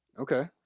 Okay